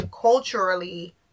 culturally